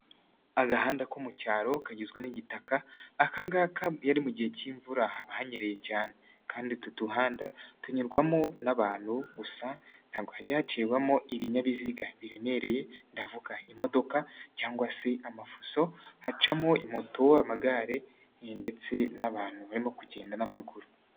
Agahanda ko mu cyaro kagizwe n'igitaka, akangaka iyo ari mu gihe cy'imvura haba hanyereye cyane. Kandi utu duhanda tunyurwamo n'abantu gusa ntabwo hajya hacibwamo ibinyabiziga biremereye, ndavuga imodoka cg se amafuso, hacamo moto cyangwa amagare ndetse n'abantu barimo kugenda n'amaguru.